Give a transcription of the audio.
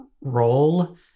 role